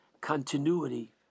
continuity